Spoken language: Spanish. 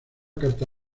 carta